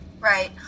Right